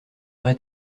vrai